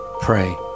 pray